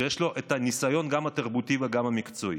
שיש לו את הניסיון, גם התרבותי וגם המקצועי?